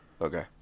Okay